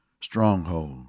stronghold